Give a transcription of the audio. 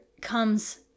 comes